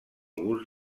gust